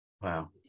Wow